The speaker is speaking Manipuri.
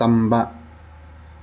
ꯇꯝꯕ